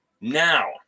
Now